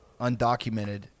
undocumented